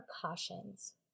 precautions